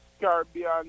caribbean